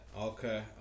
Okay